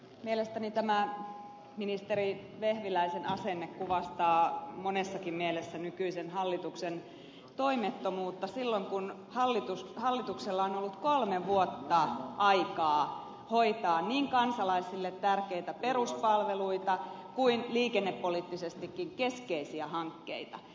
mielestäni tämä ministeri vehviläisen asenne kuvastaa monessakin mielessä nykyisen hallituksen toimettomuutta silloin kun hallituksella on ollut kolme vuotta aikaa hoitaa niin kansalaisille tärkeitä peruspalveluita kuin liikennepoliittisestikin keskeisiä hankkeita